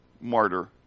martyr